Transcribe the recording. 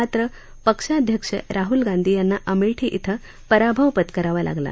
मात्र पक्षाध्यक्ष राहल गांधी यांना अमेठी इथं पराभव पत्करावा लागला